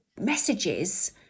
messages